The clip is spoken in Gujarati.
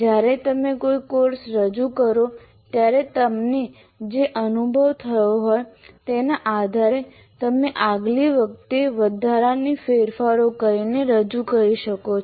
જ્યારે તમે કોઈ કોર્સ રજૂ કરો ત્યારે તમને જે અનુભવ થયો હોય તેના આધારે તમે આગલી વખતે વધારાના ફેરફારો કરીને રજૂ કરી શકો છો